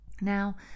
Now